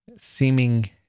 seeming